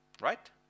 right